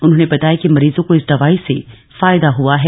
उन्होंने बताया कि मरीजों को इस दवाई से फायदा हआ है